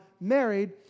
married